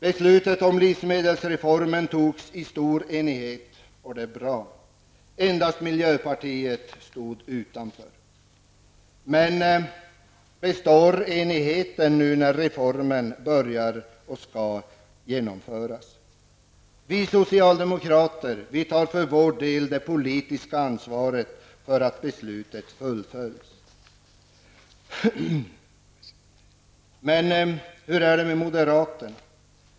Beslutet om livsmedelsreformen fattades i stor enighet, och det är bra. Endast miljöpartiet stod vid sidan av. Men består enigheten nu när reformen skall genomföras? Vi socialdemokrater tar för vår del det politiska ansvaret för att beslutet fullföljs. Men hur är det med moderaterna?